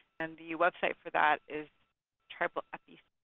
and the website for that is tribalepicenters